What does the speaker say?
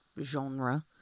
genre